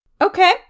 Okay